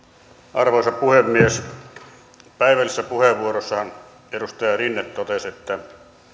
arvoisa puhemies päivällisessä puheenvuorossaan edustaja rinne totesi että